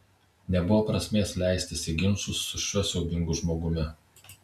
nebuvo prasmės leistis į ginčus su šiuo siaubingu žmogumi